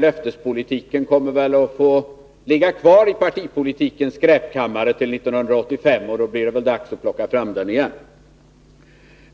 Löftespolitiken kommer väl att få ligga kvar i partipolitikens skräpkammare till 1985 — då blir det väl dags att plocka fram den igen.